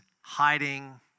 hiding